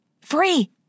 Free